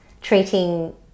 treating